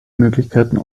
möglichkeiten